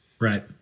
right